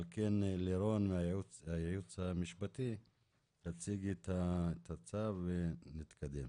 על כן, לירון היועצת המשפטית תציג את הצו ונתקדם.